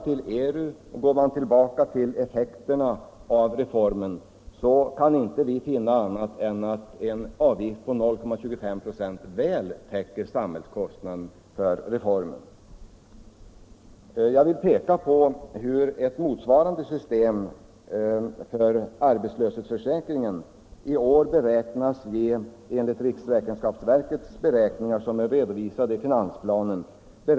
Om man går tillbaka till KAMU och till effekterna av reformen — Arbetsmarknadsutkan vi inte finna annat än att en avgift på 0,25 96 väl täcker samhälls — bildningen kostnaderna för reformen. I det motsvarande systemet för arbetslöshetsförsäkringen kommer det i år enligt riksrevisionsverkets beräkningar — som är redovisade i finansplanen, bil.